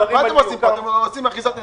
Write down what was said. אתם עושים אחיזת עיניים.